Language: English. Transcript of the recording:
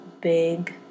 big